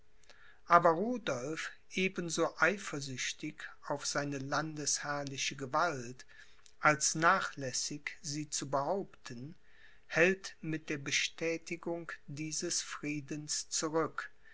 aber rudolph ebenso eifersüchtig auf seine landesherrliche gewalt als nachlässig sie zu behaupten hält mit der bestätigung dieses friedens zurück